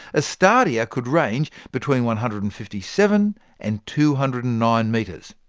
a stadia could range between one hundred and fifty seven and two hundred and nine metres.